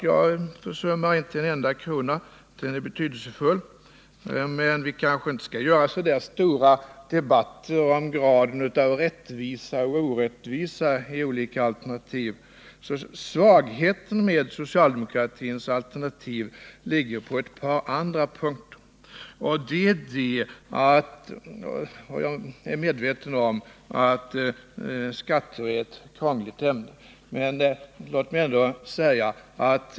Jag förnekar inte att varenda krona är betydelsefull, men vi skall kanske inte föra så stora debatter om graden av rättvisa och orättvisa när det gäller dessa båda alternativ. Jag är medveten om att skatter är ett krångligt ämne, men låt mig ändå säga att svagheten med socialdemokratins alternativ ligger på ett par andra punkter.